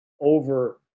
over